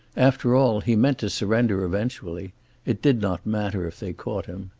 after all he meant to surrender eventually it did not matter if they caught him.